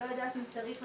בשלב הזה אם הם ישלמו,